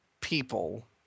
people